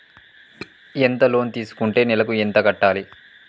ఎంత లోన్ తీసుకుంటే నెలకు ఎంత కట్టాలి?